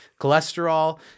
cholesterol